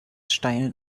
steilen